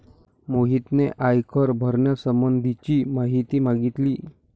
मोहितने आयकर भरण्यासंबंधीची माहिती मागितली